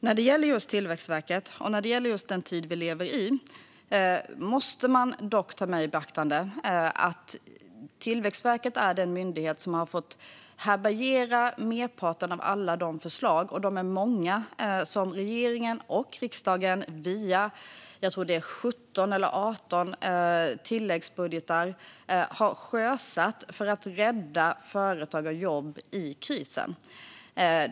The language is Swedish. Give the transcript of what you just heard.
När det gäller just Tillväxtverket och den tid vi lever i måste man dock ta med i beaktande att Tillväxtverket är den myndighet som har fått härbärgera merparten av alla de förslag - och de är många - som regeringen och riksdagen via 17 eller 18 tilläggsbudgetar, tror jag de är, har sjösatt för att rädda företag och jobb i krisen.